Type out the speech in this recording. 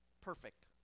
Perfect